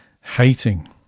hating